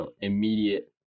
immediate